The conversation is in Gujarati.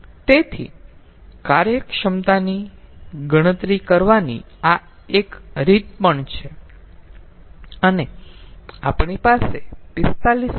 તેથી કાર્યક્ષમતાની ગણતરી કરવાની આ એક રીત પણ છે અને આપણી પાસે 45